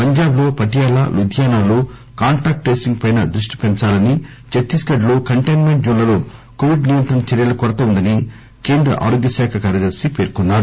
పంజాబ్ లో పటియాల లూధియానాల్లో contact tracing పై దృష్టి పెంచాలని ఛత్తీస్ గఢ్ లో కంటైన్ మెంట్ జోన్లలో కోవిడ్ నియంత్రణ చర్యల కొరత ఉందని కేంద్ర ఆరోగ్యశాఖ కార్యదర్శి పేర్కొన్నారు